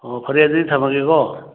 ꯍꯣ ꯐꯔꯦ ꯑꯗꯨꯗꯤ ꯊꯝꯃꯒꯦꯀꯣ